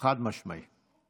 לא, הוא ביקש,